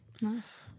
Nice